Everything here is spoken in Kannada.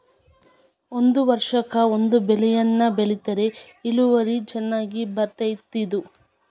ಒಂದ ವರ್ಷಕ್ಕ ಒಂದ ಬೆಳೆಯನ್ನಾ ಬೆಳಿತಾರ ಇಳುವರಿ ಚನ್ನಾಗಿ ಬರ್ತೈತಿ ಇದು